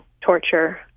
torture